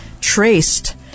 Traced